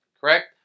Correct